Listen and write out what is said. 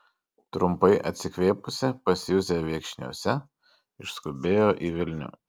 trumpai atsikvėpusi pas juzę viekšniuose išskubėjo į vilnių